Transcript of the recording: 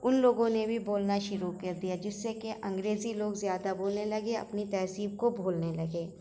ان لوگوں نے بھی بولنا شروع کر دیا جس سے کہ انگریزی لوگ زیادہ بولنے لگے اپنی تہذیب کو بھولنے لگے